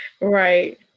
Right